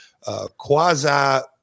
quasi